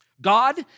God